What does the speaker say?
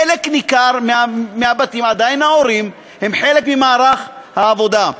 בחלק ניכר מהבתים, ההורים הם חלק ממערך העבודה.